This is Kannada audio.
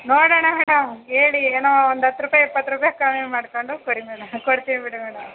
ನೋಡೋಣ ಮೇಡಮ್ ಹೇಳಿ ಏನೋ ಒಂದು ಹತ್ತು ರೂಪಾಯಿ ಇಪ್ಪತ್ತು ರೂಪಾಯಿ ಕಮ್ಮಿ ಮಾಡ್ಕೊಂಡು ಕೊಡಿ ಮೇಡಮ್ ಕೊಡ್ತೀವಿ ಬಿಡಿ ಮೇಡಮ್